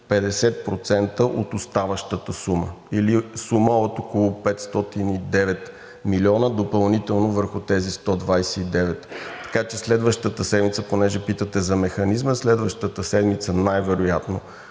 50% от оставащата сума, или сума от около 509 милиона допълнително върху тези 129. Понеже питате за механизма, следващата седмица най-вероятно